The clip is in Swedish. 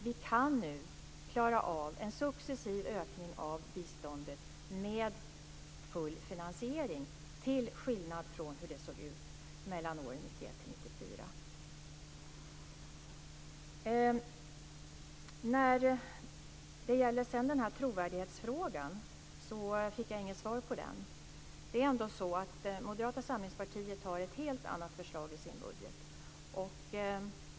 Vi kan nu klara av en successiv ökning av biståndet med full finansiering, till skillnad från hur det såg ut mellan åren 1991 Jag fick inget svar på frågan om trovärdighet. Moderata samlingspartiet har ett helt annat förslag i sin budget.